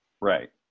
Right